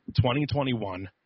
2021